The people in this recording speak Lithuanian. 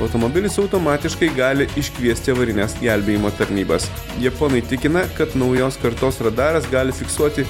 automobilis automatiškai gali iškviesti avarinės gelbėjimo tarnybas japonai tikina kad naujos kartos radaras gali fiksuoti